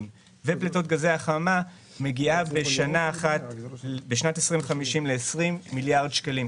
ופליטת גזי חממה מגיעה בשנת 2050 ל-20 מיליארד שקלים,